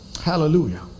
hallelujah